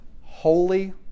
holy